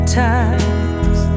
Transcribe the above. times